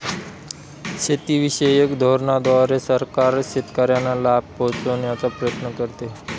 शेतीविषयक धोरणांद्वारे सरकार शेतकऱ्यांना लाभ पोहचवण्याचा प्रयत्न करते